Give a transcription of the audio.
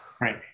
Right